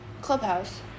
clubhouse